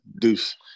Deuce